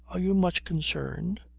are you much concerned?